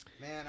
Man